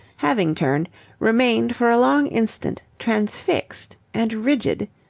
having turned remained for a long instant transfixed and rigid.